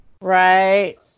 Right